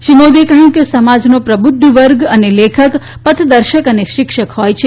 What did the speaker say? શ્રી મોદીએ કહ્યું કે સમાજનો પ્રબુધ્ધ વર્ગ અને લેખક પથદર્શક અને શિક્ષક હોય છે